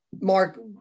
Mark